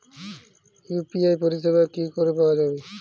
UPI পরিষেবা কি করে পাওয়া যাবে?